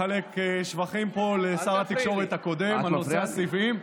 אני רוצה לחלק שבחים פה לשר התקשורת הקודם על נושא הסיבים,